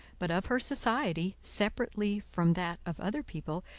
but of her society, separately from that of other people,